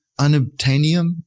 unobtainium